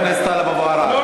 חבר הכנסת טלב אבו עראר.